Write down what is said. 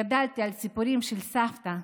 גדלתי על הסיפורים של סבתא,